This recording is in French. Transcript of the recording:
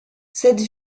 cette